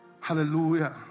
hallelujah